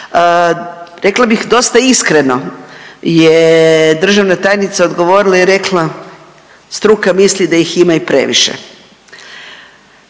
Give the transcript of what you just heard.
rekla bih dosta iskreno je državna tajnica odgovorila i rekla, struka misli da ih ima i previše.